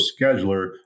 Scheduler